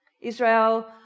Israel